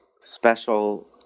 special